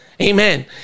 Amen